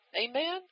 amen